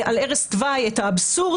כדי להדגיש את האבסורד,